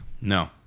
no